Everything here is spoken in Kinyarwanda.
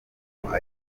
umuntu